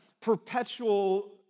perpetual